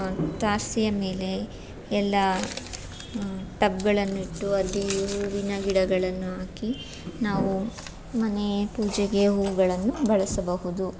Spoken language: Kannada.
ತಾರಸಿಯ ಮೇಲೆ ಎಲ್ಲ ಟಬ್ಗಳನ್ನಿಟ್ಟು ಅಲ್ಲಿ ಹೂವಿನ ಗಿಡಗಳನ್ನು ಹಾಕಿ ನಾವು ಮನೆಯ ಪೂಜೆಗೆ ಹೂವುಗಳನ್ನು ಬಳಸಬಹುದು